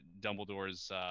Dumbledore's